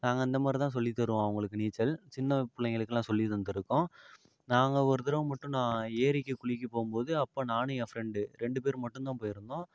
நாங்கள் அந்த மாதிரிதான் சொல்லி தருவோம் அவங்களுக்கு நீச்சல் சின்ன பிள்ளைங்களுக்குலாம் சொல்லி தந்துருக்கோம் நாங்கள் ஒரு தடவை மட்டும் நான் ஏரிக்கு குளிக்க போகும்போது அப்போ நானும் ஏன் ஃப்ரண்டு ரெண்டு பேரும் மட்டும் தான் போயிருந்தோம்